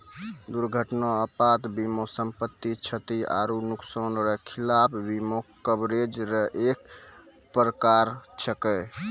दुर्घटना आपात बीमा सम्पति, क्षति आरो नुकसान रो खिलाफ बीमा कवरेज रो एक परकार छैकै